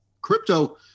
Crypto